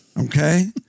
Okay